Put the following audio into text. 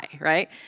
right